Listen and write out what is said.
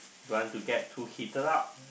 don't want to get too heated up